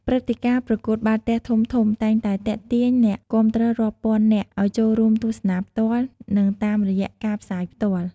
ព្រឹត្តិការណ៍ប្រកួតបាល់ទះធំៗតែងតែទាក់ទាញអ្នកគាំទ្ររាប់ពាន់នាក់ឲ្យចូលរួមទស្សនាផ្ទាល់ និងតាមរយៈការផ្សាយផ្ទាល់។